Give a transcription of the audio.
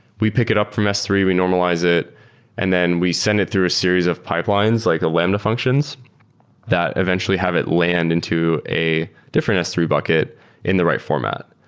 we pick it up from s three. we normalize it and then we send it through a series of pipelines, like lambda functions that eventually have it land into a different s three bucket in the right format.